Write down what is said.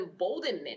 emboldenment